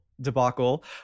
debacle